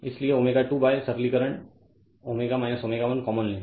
Refer Slide Time 3319 इसलिए ω2 सरलीकरण ω ω 1 common लें